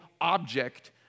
object